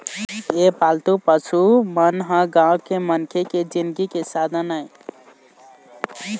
ए पालतू पशु मन ह गाँव के मनखे के जिनगी के साधन आय